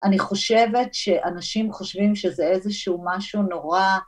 ‫אני חושבת שאנשים חושבים ‫שזה איזשהו משהו נורא...